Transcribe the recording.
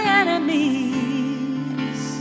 enemies